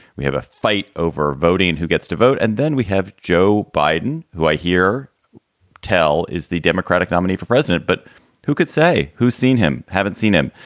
we have a fight over voting. who gets to vote? and then we have joe biden, who i hear tell is the democratic nominee for president. but who could say who's seen him? haven't seen him.